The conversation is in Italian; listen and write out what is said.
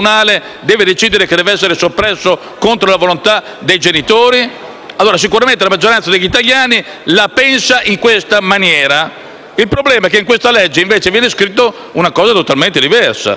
genitori? Sicuramente la maggioranza degli italiani la pensa in questa maniera. Il problema è che nella legge al nostro esame viene scritta una cosa totalmente diversa. La leggo perché ci sia chiarezza: il